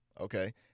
Okay